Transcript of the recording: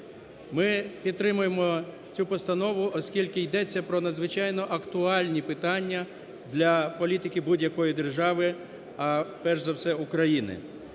Ми підтримуємо цю постанову, оскільки йдеться про надзвичайно актуальні питання для політики будь-якої держави, а перш за все України.